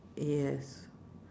yes